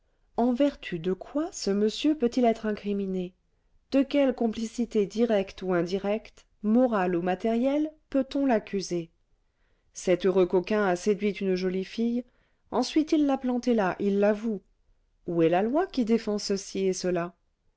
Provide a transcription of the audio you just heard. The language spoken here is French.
en vertu de quoi ce monsieur peut-il être incriminé de quelle complicité directe ou indirecte morale ou matérielle peut-on l'accuser cet heureux coquin a séduit une jolie fille ensuite il l'a plantée là il l'avoue où est la loi qui défend ceci et cela